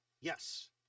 yes